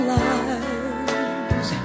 lives